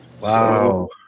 Wow